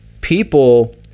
people